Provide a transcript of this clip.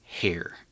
hair